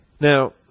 Now